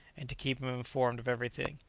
and to keep him informed of everything.